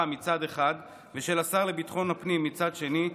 מצד אחד ושל השר לביטחון הפנים מצד שני,